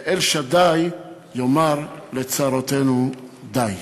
ואל שדי יאמר לצרותינו די.